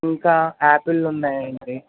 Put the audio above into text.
ఇంకా యాపిల్లున్నాయి అండి